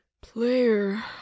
Player